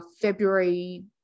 February